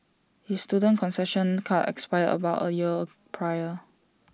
his student concession card expired about A year prior